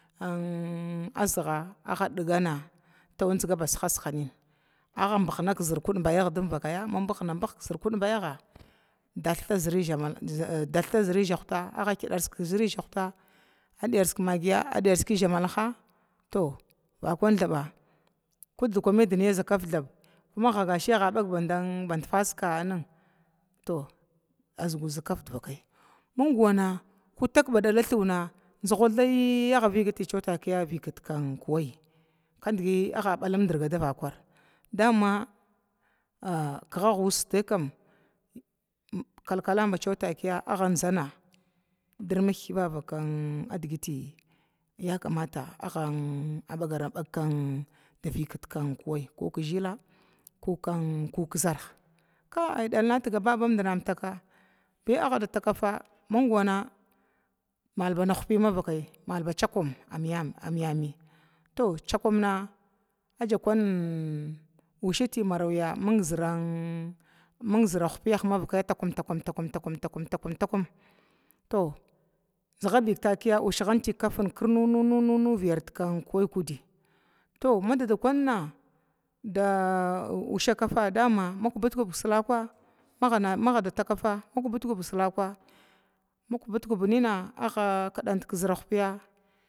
Azhaga agga dignana jigaba sigina sigan agga bugnan kudbaya mabugnag kudbaya ga datha idjahta zəri djahtu adiyars ki maggi ardizihta, to vakan thabra maddkan ni kiza kafthaba agga bakbad fasika to azigu zig kafdivakai mingwa katak ba dala thuna jugathy aniga batakiya vikati kuwayi, kadgi agga balarudrga davakwara dama kighaa abusa kalkaln batakiya agga zanna dirmih yakamata agga vigit kiwayyi kukanzərha diginin a tigaba babandna əmtaka mingwana malbahkuya vakaya malba cakum amyami cukum na agakunn nusiti marya ya minzirah piya ənvakaya takum ta kum takum takum, to zəgabi takiya kafin kirnu nuwa nuwa ushakafa dama to magatakafa makubt kub shaka maga da takafa makubut kub shaka makubut kubnina magatakafa makubut kub shaka ma kubut kub nina kaf